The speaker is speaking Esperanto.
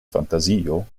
fantazio